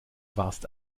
warst